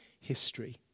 history